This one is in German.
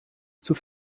zur